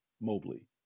Mobley